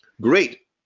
great